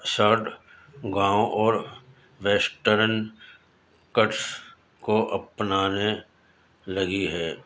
shred گاؤں اور western cuts کو اپنانے لگی ہے